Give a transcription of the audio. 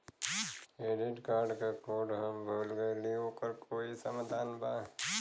Credit card क code हम भूल गइली ओकर कोई समाधान बा?